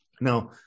Now